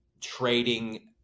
trading